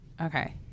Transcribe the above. okay